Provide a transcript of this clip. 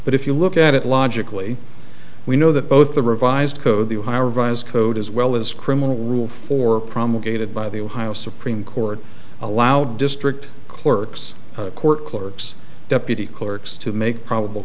but if you look at it logically we know that both the revised code the high revised code as well as criminal rule for promulgated by the ohio supreme court allow district clerks court clerks deputy clerks to make probable